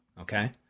okay